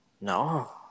No